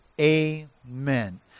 Amen